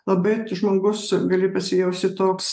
labai žmogus gali pasijausti toks